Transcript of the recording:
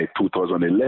2011